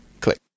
click